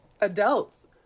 adults